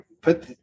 put